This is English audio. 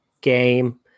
game